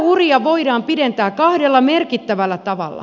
työuria voidaan pidentää kahdella merkittävällä tavalla